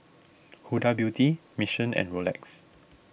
Huda Beauty Mission and Rolex